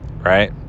right